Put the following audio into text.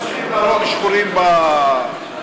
ועדיין ממשיכים להרוג שחורים ברחובות.